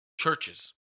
churches